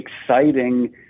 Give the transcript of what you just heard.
exciting